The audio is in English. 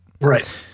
Right